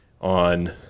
on